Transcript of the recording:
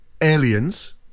aliens